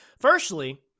Firstly